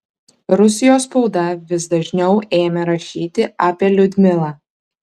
rusijos spauda vis dažniau ėmė rašyti apie liudmilą